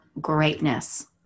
greatness